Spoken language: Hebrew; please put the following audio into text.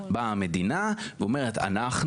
באה המדינה ואומרת אנחנו,